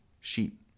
sheep